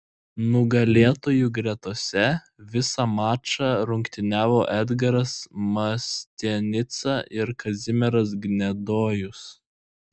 nugalėtojų gretose visą mačą rungtyniavo edgaras mastianica ir kazimieras gnedojus